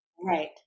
Right